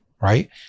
Right